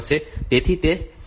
તેથી તે સમય લે છે